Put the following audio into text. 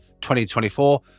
2024